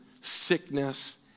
sickness